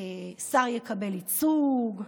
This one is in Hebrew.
שר יקבל ייצוג.